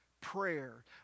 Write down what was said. prayer